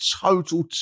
total